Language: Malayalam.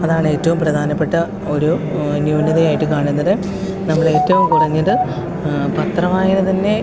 അതാണ് ഏറ്റവും പ്രധാനപ്പെട്ട ഒരു ന്യൂനതയായിട്ട് കാണുന്നത് ഏറ്റവും കുറഞ്ഞത് പത്രവായന തന്നെ